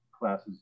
classes